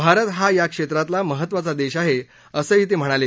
भारत हा या क्षेत्रातला महत्त्वाचा देश आहे असंही ते म्हणाले